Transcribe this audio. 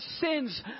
sins